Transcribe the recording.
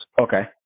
Okay